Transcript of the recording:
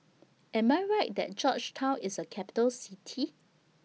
Am I Right that Georgetown IS A Capital City